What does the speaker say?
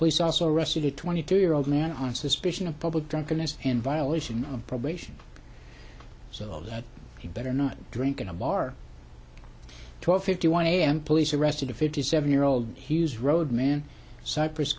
police also arrested a twenty two year old man on suspicion of public drunkenness in violation of probation so that he better not drink in a bar twelve fifty one am police arrested a fifty seven year old hughes road man cypr